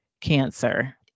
cancer